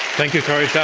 thank you, kori yeah